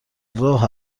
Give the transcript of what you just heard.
راه